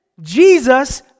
Jesus